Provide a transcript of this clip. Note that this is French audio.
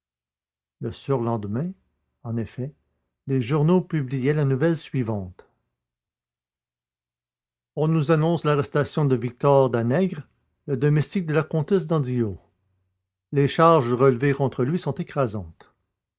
le surlendemain en effet les journaux publiaient la nouvelle suivante on nous annonce l'arrestation de victor danègre le domestique de la comtesse d'andillot les charges relevées contre lui sont écrasantes